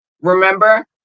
Remember